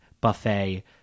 buffet